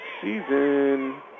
season